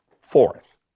Fourth